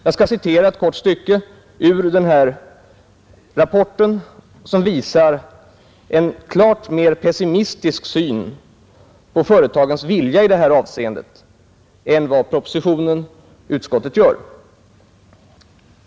Jag skall citera ett kort stycke ur denna rapport som visar en klart mer pessimistisk syn på företagens vilja i detta avseende än vad propositionen och utskottet gör.